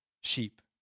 sheep